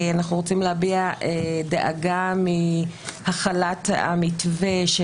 אנחנו רוצים להביע דאגה מהחלת המתווה של